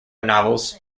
novels